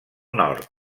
nord